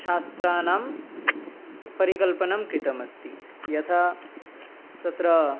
शास्त्राणां परिकल्पनं कृतम् अस्ति यथा तत्र